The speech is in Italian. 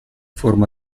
forma